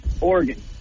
Oregon